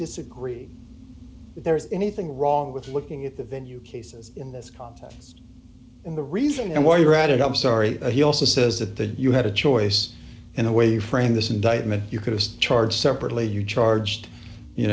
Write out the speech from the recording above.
disagree if there's anything wrong with looking at the venue cases in this context in the reason why you read it i'm sorry but he also says that the you had a choice in the way you framed this indictment you could just charge separately you charged you